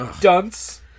dunce